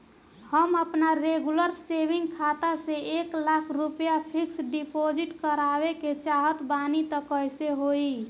हम आपन regular saving खाता से एक लाख रुपया फिक्स डिपॉज़िट करवावे के चाहत बानी त कैसे होई?